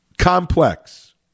complex